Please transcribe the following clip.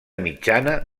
mitjana